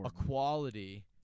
equality